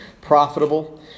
profitable